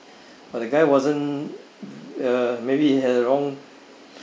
but the guy wasn't uh maybe he had the wrong